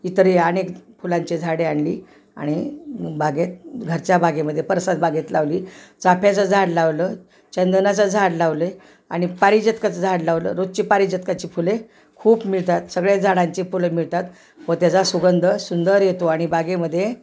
इतरही अनेक फुलांचे झाडे आणली आणि बागेत घरच्या बागेमध्ये परसात बागेत लावली चाफ्याचं झाड लावलं चंदनाचं झाड लावलं आणि पारिजातकाचं झाड लावलं रोजची पारिजातकाची फुले खूप मिळतात सगळे झाडांची फुलं मिळतात व त्याचा सुगंध सुंदर येतो आणि बागेमध्ये